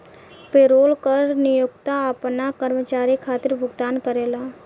payroll कर नियोक्ता आपना कर्मचारी खातिर भुगतान करेला